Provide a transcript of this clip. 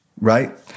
right